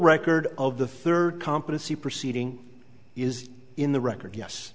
record of the third competency proceeding is in the record yes